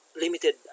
limited